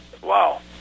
wow